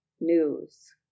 news